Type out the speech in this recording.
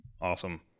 awesome